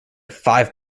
five